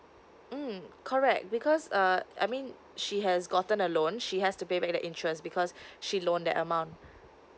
mm correct because uh I mean she has gotten a loan she has to pay back the interest because she loan that amount